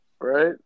Right